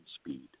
speed